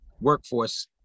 workforce